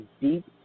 deep